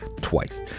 twice